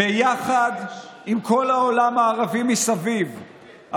ביחד עם כל העולם הערבי מסביב,